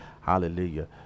Hallelujah